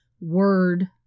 word